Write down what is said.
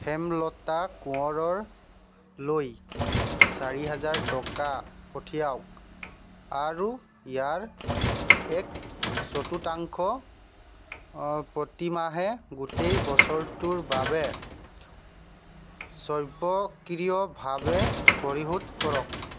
হেমলতা কোঁৱৰৰ লৈ চাৰি হাজাৰ টকা পঠিয়াওক আৰু ইয়াৰ এক চতুৰ্থাংশ প্ৰতিমাহে গোটেই বছৰটোৰ বাবে স্বৰ্বক্ৰিয়ভাৱে পৰিশোধ কৰক